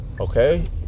okay